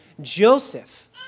Joseph